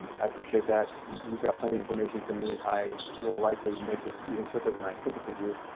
i appreciate that you've got plenty information for me. i will likely make this even quicker than i typically do.